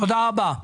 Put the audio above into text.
תודה רבה.